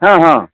हँ हँ